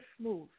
smooth